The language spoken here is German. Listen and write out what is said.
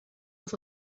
des